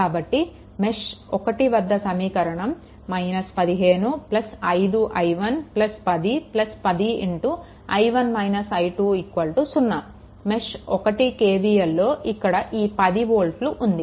కాబట్టి మెష్1 వద్ద సమీకరణం 15 5 i1 10 10 0 మెష్1 KVLలో ఇక్కడ ఈ 10 వోల్ట్లు ఉంది